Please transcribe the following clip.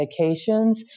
medications